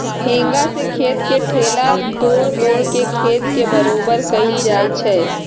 हेंगा से खेत के ढेला तोड़ तोड़ के खेत के बरोबर कएल जाए छै